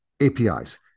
APIs